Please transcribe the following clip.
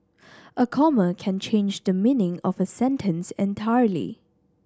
a comma can change the meaning of a sentence entirely